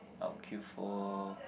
I will queue for